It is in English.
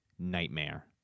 nightmare